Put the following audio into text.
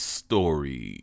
story